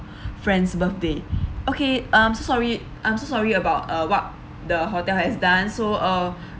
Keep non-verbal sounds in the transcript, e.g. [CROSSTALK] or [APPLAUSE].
[BREATH] friend's birthday [BREATH] okay I'm so sorry I'm so sorry about uh what the hotel has done so uh [BREATH]